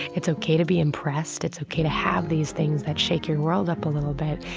it's ok to be impressed. it's ok to have these things that shake your world up a little bit.